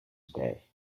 today